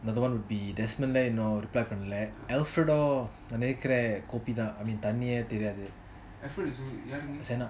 another one would be decimal இன்னும்:inum repair பண்ணல:panala alferado நான் நெனைக்கிறேன் கோபி தான்:naan nenaikiran kopi thaan I mean தண்ணியாய் தெரியாது என்ன:thanniaye teriyathu enna